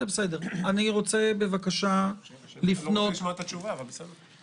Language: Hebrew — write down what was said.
חשבתי שרוצים לשמוע את התשובה, אבל בסדר.